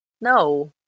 No